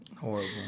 Horrible